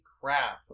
crap